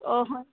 অঁ হয়